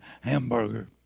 hamburger